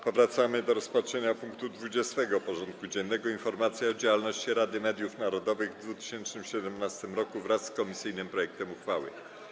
Powracamy do rozpatrzenia punktu 20. porządku dziennego: Informacja o działalności Rady Mediów Narodowych w 2017 roku wraz z komisyjnym projektem uchwały.